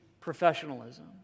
professionalism